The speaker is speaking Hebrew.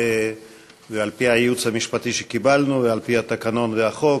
וזה על-פי הייעוץ המשפטי שקיבלנו ועל-פי התקנון והחוק,